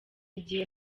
igihe